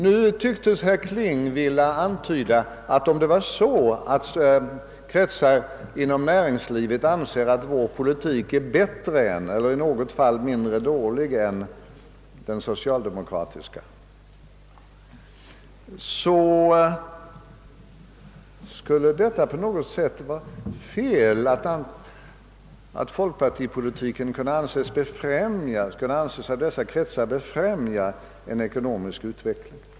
Nu tycktes herr Kling vilja antyda att om kretsar inom näringslivet anser att vår politik är bättre eller i något fall mindre dålig än den socialdemo kratiska, skulle det på något sätt visa att folkpartipolitiken främjar vissa intressen och inte ett allmänt intresse av ekonomisk utveckling.